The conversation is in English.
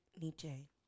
Nietzsche